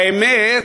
האמת,